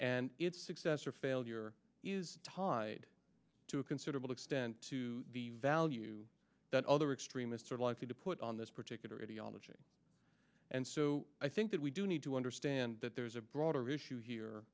and its success or failure is tied to a considerable extent to the value that other extremists are likely to put on this particular ideology and so i think that we do need to understand that there is a broader issue here